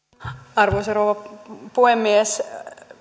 arvoisa rouva puhemies